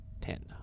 Ten